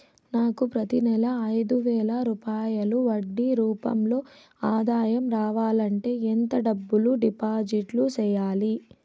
నాకు ప్రతి నెల ఐదు వేల రూపాయలు వడ్డీ రూపం లో ఆదాయం రావాలంటే ఎంత డబ్బులు డిపాజిట్లు సెయ్యాలి?